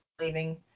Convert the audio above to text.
leaving